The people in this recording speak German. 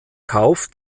kauf